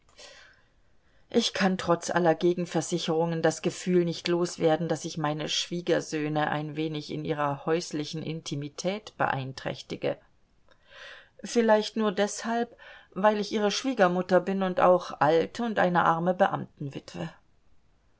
ich kann trotz aller gegenversicherungen das gefühl nicht los werden daß ich meine schwiegersöhne ein wenig in ihrer häuslichen intimität beeinträchtige vielleicht nur deshalb weil ich ihre schwiegermutter bin und auch alt und eine arme